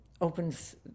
opens